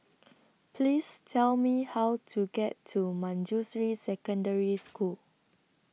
Please Tell Me How to get to Manjusri Secondary School